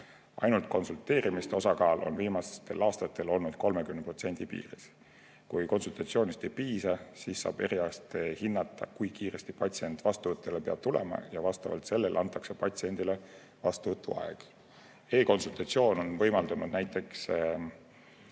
Ainult konsulteerimiste osakaal on viimastel aastatel olnud 30% piires. Kui konsultatsioonist ei piisa, siis saab eriarst hinnata, kui kiiresti patsient vastuvõtule peab tulema, ja vastavalt sellele antakse patsiendile vastuvõtuaeg. E‑konsultatsioon on võimaldanud näiteks